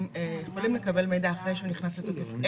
הם יכולים לקבל מידע אחרי שהוא נכנס לתוקף,